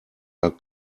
are